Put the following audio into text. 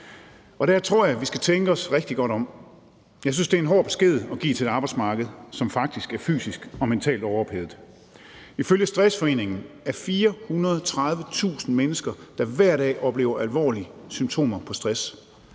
Og der tror jeg vi skal tænke os rigtig godt om. Jeg synes, det er en hård besked at give til et arbejdsmarked, som faktisk er fysisk og mentalt overophedet. Ifølge Stressforeningen er der 430.000 mennesker, der hver dag oplever alvorlige symptomer på stress.